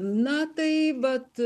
na tai vat